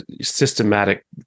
systematic